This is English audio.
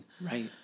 Right